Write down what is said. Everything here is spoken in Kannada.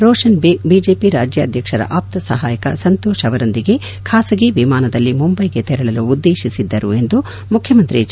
ರೋಷನ್ ಬೇಗ್ ಬಿಜೆಪಿ ರಾಜ್ಯಾಧ್ಯಕ್ಷರ ಆಪ್ತ ಸಹಾಯಕ ಸಂತೋಷ್ ಅವರೊಂದಿಗೆ ಖಾಸಗಿ ವಿಮಾನದಲ್ಲಿ ಮುಂಬೈಗೆ ತೆರಳಲು ಉದ್ದೇಶಿಸಿದ್ದರು ಎಂದು ಮುಖ್ಯಮಂತ್ರಿ ಎಚ್